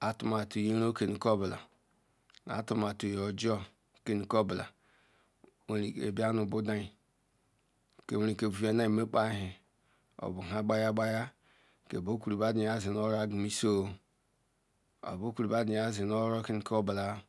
atumatu ke ogbula ke mioreke bia nu budu ayi ma obu nha gbayi gbeya ke borkuru bedu ze oro eguumesi maobu oro kenu keogbula